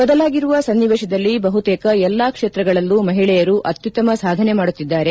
ಬದಲಾಗಿರುವ ಸನ್ನಿವೇಶದಲ್ಲಿ ಬಹುತೇಕ ಎಲ್ಲಾ ಕ್ಷೇತ್ರಗಳಲ್ಲೂ ಮಹಿಳೆಯರು ಅತ್ಯುತ್ತಮ ಸಾಧನೆ ಮಾಡುತ್ತಿದ್ದಾರೆ